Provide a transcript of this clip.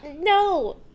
no